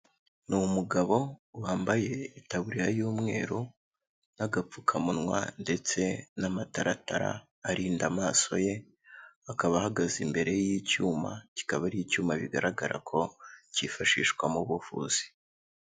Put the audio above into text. Ni umugabo wambaye itaburiya y'umweru, n'agapfukamunwa, ndetse n'amataratara arinda amaso ye, akaba ahagaze imbere y'icyuma, kikaba ari icyuma bigaragara ko, cyifashishwa mu buvuzi.